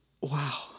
wow